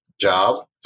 job